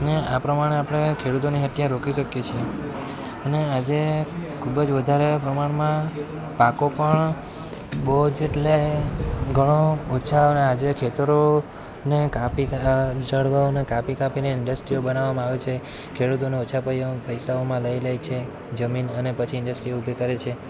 અને આ પ્રમાણે આપણે ખેડૂતોની હત્યા રોકી શકીએ છીએ અને આજે ખૂબ જ વધારે પ્રમાણમાં પાકો પણ બહુ જ એટલે ઘણો ઓછાં આજે ખેતરોને કાપી ઝાડવાંઓને કાપી કાપીને ઈંડસ્ટ્રીઓ બનાવવામાં આવે છે ખેડૂતોને ઓછાં પૈ પૈસામાં લઈ લે છે જમીન અને પછી ઈંડસ્ટ્રી ઊભી કરે છે